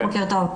בוקר טוב.